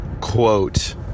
quote